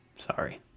sorry